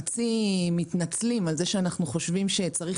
חצי מתנצלים על זה שאנחנו חושבים שצריך